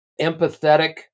empathetic